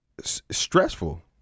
stressful